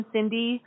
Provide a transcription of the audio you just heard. Cindy